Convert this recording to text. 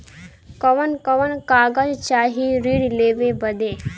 कवन कवन कागज चाही ऋण लेवे बदे?